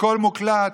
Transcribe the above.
הכול מוקלט,